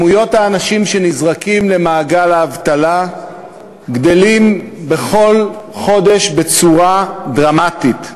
מספרי האנשים שנזרקים למעגל האבטלה גדלים בכל חודש בצורה דרמטית.